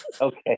Okay